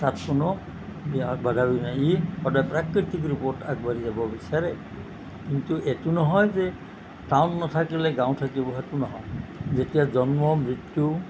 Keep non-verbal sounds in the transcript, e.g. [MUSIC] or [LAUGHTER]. তাত কোনো [UNINTELLIGIBLE] নাই ই সদায় প্ৰাকৃতিক ৰূপত আগবাঢ়ি যাব বিচাৰে কিন্তু এইটো নহয় যে টাউন নাথাকিলে গাঁও থাকিব সেইটো নহয় যেতিয়া জন্ম মৃত্যু